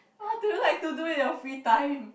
what do you like to do in your free time